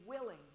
willing